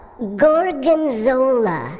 Gorgonzola